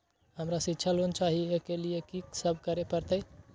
हमरा शिक्षा लोन चाही ऐ के लिए की सब करे परतै?